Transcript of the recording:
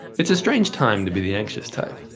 it's a strange time to be the anxious type,